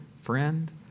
friend